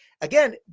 Again